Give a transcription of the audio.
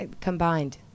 Combined